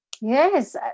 Yes